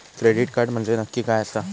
Credit card म्हंजे नक्की काय आसा?